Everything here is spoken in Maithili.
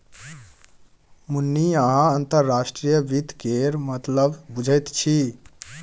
मुन्नी अहाँ अंतर्राष्ट्रीय वित्त केर मतलब बुझैत छी